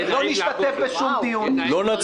לא נשתתף בשום דיון.